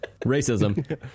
racism